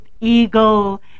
Eagle